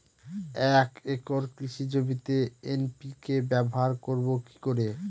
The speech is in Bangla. এক একর কৃষি জমিতে এন.পি.কে ব্যবহার করব কি করে?